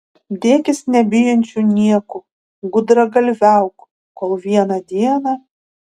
dėkis nebijančiu nieko gudragalviauk kol vieną dieną